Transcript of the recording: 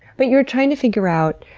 but you're trying to figure out,